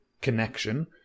Connection